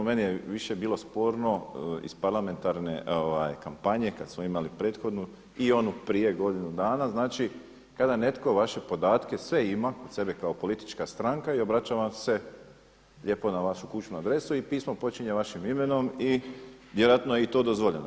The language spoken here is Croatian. Meni je više bilo sporno iz parlamentarne kampanje kada smo imali prethodnu i onu prije godinu dana, kada netko vaše podatke sve ima kod sebe kao politička stranka i obraća vam se lijepo na vašu kućnu adresu i pismo počinje vašim imenom i vjerojatno je i to dozvoljeno.